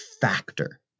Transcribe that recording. factor